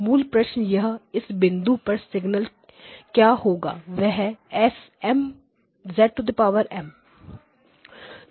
मूल प्रश्न यह है इस बिंदु पर सिग्नल क्या होंगे वह होंगे S